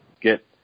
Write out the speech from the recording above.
get